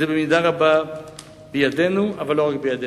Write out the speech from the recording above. זה במידה רבה בידנו, אבל לא רק בידנו.